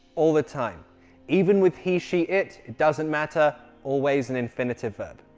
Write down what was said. all the time even with he she it it doesn't matter, always an infinitive verb